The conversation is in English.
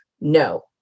no